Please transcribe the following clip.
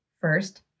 First